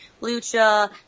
lucha